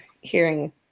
hearing